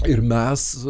ir mes